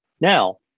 Now